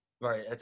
Right